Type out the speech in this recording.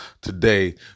today